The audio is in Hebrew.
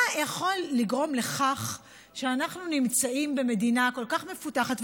מה יכול לגרום לכך שאנחנו נמצאים במדינה כל כך מפותחת,